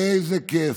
איזה כיף,